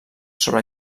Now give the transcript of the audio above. sobre